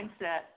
mindset